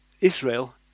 Israel